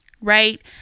right